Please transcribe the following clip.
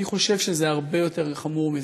אני חושב שזה הרבה יותר חמור מזה.